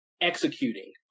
executing